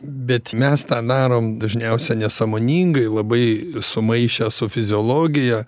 bet mes tą darom dažniausia nesąmoningai labai sumaišę su fiziologija